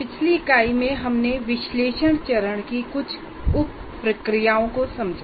पिछली इकाई में हमने विश्लेषण चरण की कुछ उप प्रक्रियाएँ को समझा